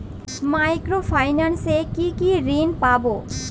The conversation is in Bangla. মাইক্রো ফাইন্যান্স এ কি কি ঋণ পাবো?